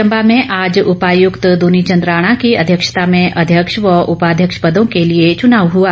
चंबा में आज उपायुक्त दुनीचंद राणा की अध्यक्षता में अध्यक्ष व उपाध्यक्ष पदों के लिए चुनाव हुआ